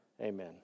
Amen